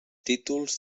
títols